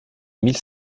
mille